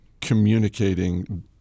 communicating